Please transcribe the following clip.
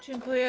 Dziękuję.